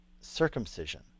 circumcision